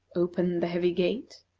opened the heavy gate,